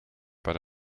but